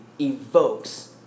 evokes